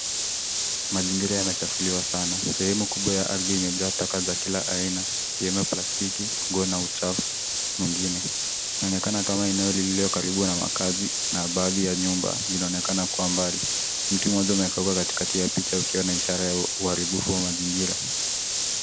Mazingira yamechafuliwa sana. Sehemu kubwa ya ardhi imejaa taka za kila aina, ikiwemo plastiki, nguo na uchafu mwingine. Inaonekana kama eneo lililo karibu na makazi na baadhi ya nyumba zinaonekana kwa mbali. Mti mmoja umekauka katikati ya picha ukiwa na ishara ya uharibifu wa mazingira.